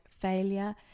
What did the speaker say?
failure